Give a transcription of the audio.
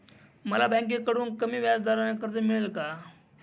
मला बँकेकडून कमी व्याजदराचे कर्ज मिळेल का?